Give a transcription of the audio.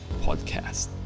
Podcast